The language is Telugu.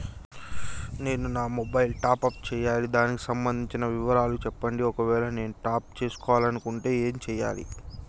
నేను నా మొబైలు టాప్ అప్ చేయాలి దానికి సంబంధించిన వివరాలు చెప్పండి ఒకవేళ నేను టాప్ చేసుకోవాలనుకుంటే ఏం చేయాలి?